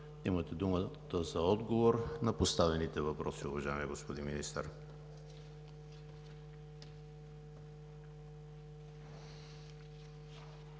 Имате думата за отговор на поставените въпроси, уважаеми господин Министър.